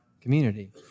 community